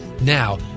Now